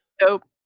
Nope